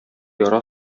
яра